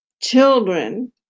children